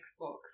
xbox